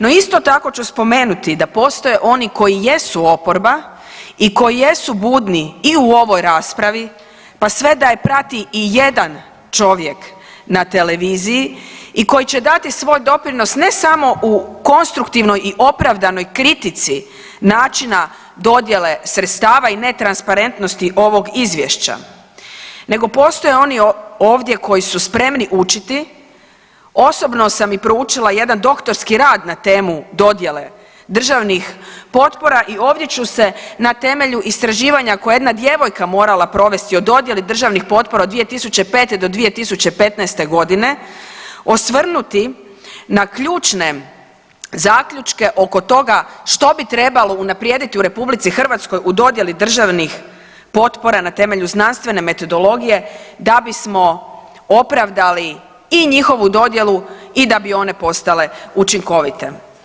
No isto tako ću spomenuti da postoje oni koji jesu oporba i koji jesu budni i u ovoj raspravi, pa sve da je prati ijedan čovjek na televiziji i koji će dati svoj doprinos ne samo u konstruktivnoj i opravdanoj kritici načina dodjele sredstava i netransparentnosti ovog izvješća nego postoje oni ovdje koji su spremni učiti, osobno sam i proučila jedan doktorski rad na temu dodjele državnih potpora i ovdje ću se na temelju istraživanja koje je jedna djevojka morala provesti o dodjeli državnih potpora od 2005. do 2015.g. osvrnuti na ključne zaključke oko toga što bi trebalo unaprijediti u RH u dodjeli državnih potpora na temelju znanstvene metodologije da bismo opravdali i njihovu dodjelu i da bi one postale učinkovite.